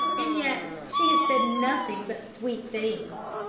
and yet she had said nothing but sweet things.